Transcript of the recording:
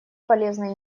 полезна